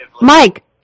Mike